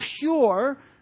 pure